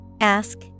Ask